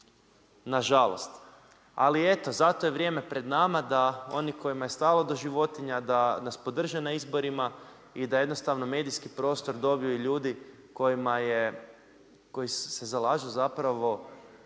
nažalost. Ali eto zato je vrijeme pred nama da oni kojima je stalo do životinja da nas podrže na izborima i da jednostavno medijski prostor dobiju ljudi koji se zalažu protiv